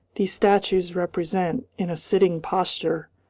these statues represent, in a sitting posture,